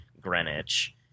Greenwich